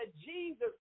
Jesus